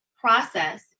process